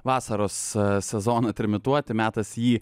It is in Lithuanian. vasaros sezoną trimituoti metas jį